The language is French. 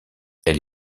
elle